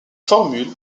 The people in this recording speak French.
formule